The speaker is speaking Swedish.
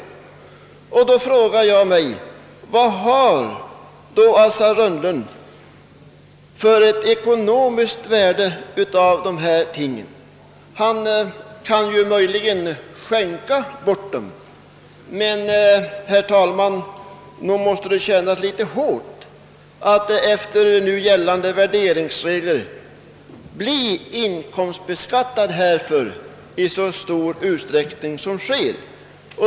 Då frågar jag mig: Vad har Assar Rönnlund för ekonomiskt utbyte av dessa ting? Han kan möjligen skänka bort dem. Men nog måste det kännas litet hårt att enligt nu gällande värderingsregler bli inkomstbeskattad för sådana här idrottspriser i så stor utsträckning som sker.